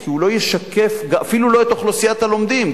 כי הוא לא ישקף אפילו את אוכלוסיית הלומדים,